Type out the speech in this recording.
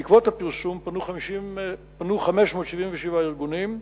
בעקבות הפרסום פנו 577 ארגונים.